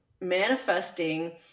manifesting